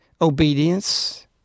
obedience